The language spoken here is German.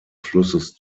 flusses